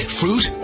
fruit